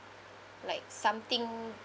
like something